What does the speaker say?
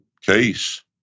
case